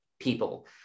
people